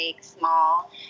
small